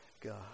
God